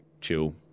chill